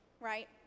right